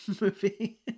movie